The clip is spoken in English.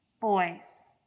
Boys